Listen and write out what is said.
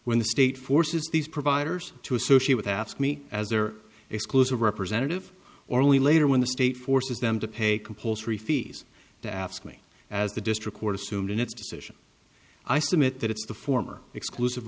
when the state forces these providers to associate with ask me as their exclusive representative or only later when the state forces them to pay compulsory fees to ask me as the district court assumed in its decision i submit that it's the former exclusive